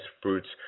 fruits